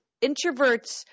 introverts